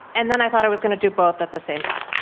and then i thought i was going to do both at the same time.